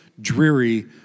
dreary